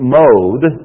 mode